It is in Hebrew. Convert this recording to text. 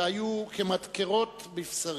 שהיו כמדקרות בבשרי.